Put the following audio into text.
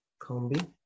combi